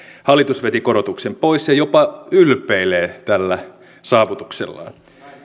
hallitus veti korotuksen pois ja jopa ylpeilee tällä saavutuksellaan